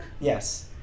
Yes